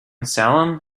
salem